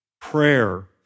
Prayer